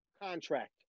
contract